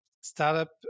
startup